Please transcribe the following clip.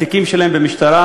התיקים שלהם במשטרה